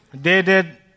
dated